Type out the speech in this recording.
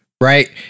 right